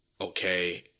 okay